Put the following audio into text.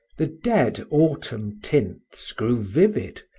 the dead autumn tints grew vivid,